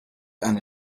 eine